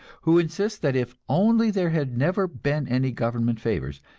who insist that if only there had never been any government favors,